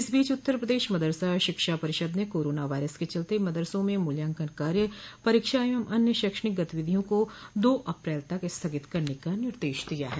इस बीच उत्तर प्रदेश मदरसा शिक्षा परिषद ने कोरोना वायरस के चलते मदसरों में मूल्यांकन कार्य परीक्षा एवं अन्य शैक्षणिक गतिविधियों को दो अप्रैल तक स्थगित करने का निर्देश दिया है